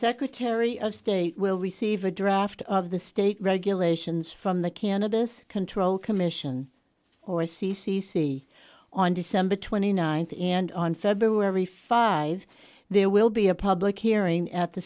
secretary of state will receive a draft of the state regulations from the cannabis control commission or c c c on december twenty ninth and on february five there will be a public hearing at the